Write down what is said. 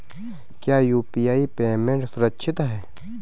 क्या UPI payment सुरक्षित है?